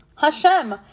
Hashem